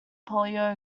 polio